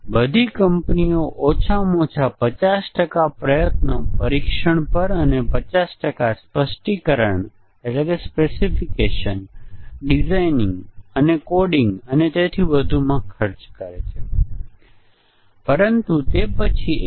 તે બગ્સ ધરાવતો પ્રોગ્રામ નથી અને મ્યુટેડ પ્રોગ્રામ અને મૂળ પ્રોગ્રામ ટેસ્ટીંગ દ્વારા અલગ નહીં પડે